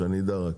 שאני אדע רק.